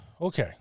Okay